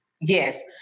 Yes